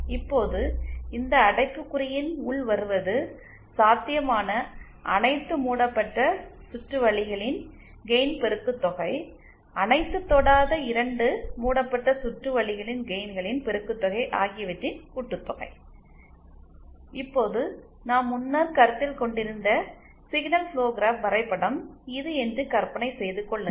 இப்போது இந்த அடைப்புக்குறியின் உள் வருவது சாத்தியமான அனைத்து மூடப்பட்ட சுற்று வழிகளின் கெயின் பெருக்குத்தொகை அனைத்து தொடாத 2 மூடப்பட்ட சுற்று வழிகளின் கெயின்களின் பெருக்குத்தொகை ஆகியவற்றின் கூட்டுத்தொகை இப்போது நாம் முன்னர் கருத்தில் கொண்டிருந்த சிக்னல் ஃபுளோ கிராப் வரைபடம் இது என்று கற்பனை செய்து கொள்ளுங்கள்